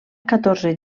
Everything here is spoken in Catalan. catorze